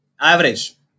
average